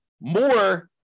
more